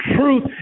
truth